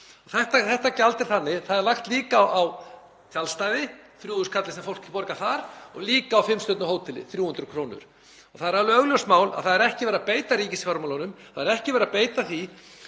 Þetta gjald er lagt líka á tjaldstæði, 3.000 kall sem fólk borgar þar, og líka á fimm stjörnu hóteli, 300 kr. Það er alveg augljóst mál að það er ekki verið að beita ríkisfjármálunum. Það er ekki verið að beita því